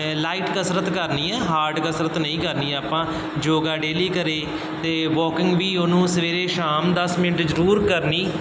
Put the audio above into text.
light ਕਸਰਤ ਕਰਨੀ ਹੈ ਹਾਰਡ ਕਸਰਤ ਨਹੀਂ ਕਰਨੀ ਆਪਾਂ ਯੋਗਾ ਡੇਲੀ ਕਰੇ ਅਤੇ ਵਾਕਿੰਗ ਵੀ ਉਹਨੂੰ ਸਵੇਰੇ ਸ਼ਾਮ ਦਸ ਮਿੰਟ ਜ਼ਰੂਰ ਕਰਨੀ